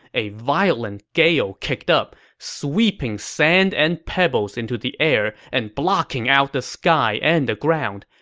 a violent gale kicked up, sweeping sand and pebbles into the air and blocking out the sky and the ground.